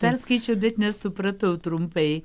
perskaičiau bet nesupratau trumpai